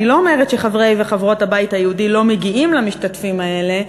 אני לא אומרת שחברי וחברות הבית היהודי לא מגיעים למפגשים האלה,